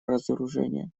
разоружения